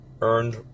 earned